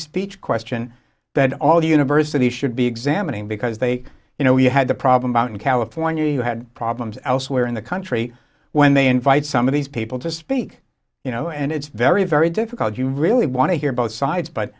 speech question that all universities should be examining because they you know you had the problem out in california you had problems elsewhere in the country when they invite some of these people to speak you know and it's very very difficult you really want to hear both sides but